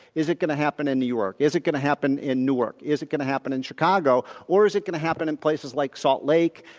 is it going to happen in new york? is it going to happen in newark? is it going to happen in chicago? or is it going to happen in places like salt lake,